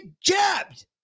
jabbed